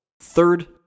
third